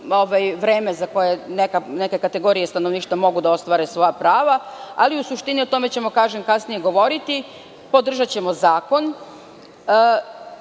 vreme za koje neke kategorije stanovništva mogu da ostvare svoja prava. O tome ćemo kasnije govoriti. Podržaćemo zakon.